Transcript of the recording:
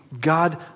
God